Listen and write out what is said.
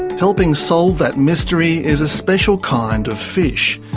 helping solve that mystery is a special kind of fish.